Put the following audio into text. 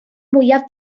mwyaf